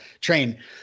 train